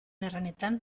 erranetan